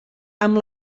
amb